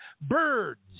birds